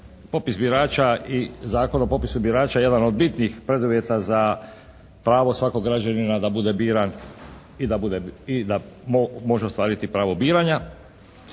popis birača i Zakon o popisu birača jedan od bitnih preduvjeta za pravo svakog građanina da bude biran i da može ostvariti pravo biranja